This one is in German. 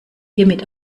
hiermit